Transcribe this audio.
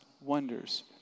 wonders